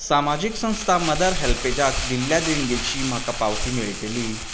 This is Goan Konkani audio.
समाजीक संस्था मदर हेल्पेजाक दिल्ल्या देणगेची म्हाका पावती मेळटली